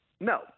No